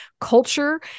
culture